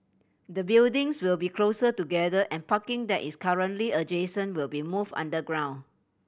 the buildings will be closer together and parking that is currently adjacent will be moved underground